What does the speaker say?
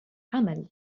عمل